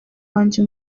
wanjye